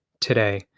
today